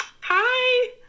Hi